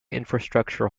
infrastructure